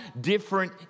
different